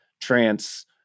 trance